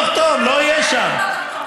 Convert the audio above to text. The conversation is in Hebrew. לא אחתום, לא יהיה שם.